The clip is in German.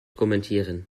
kommentieren